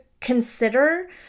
consider